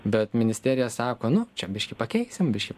bet ministerija sako nu čia biškį pakeisim biškį